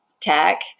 tech